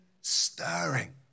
stirring